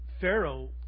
Pharaoh